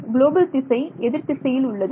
global திசை எதிர் திசையில் உள்ளது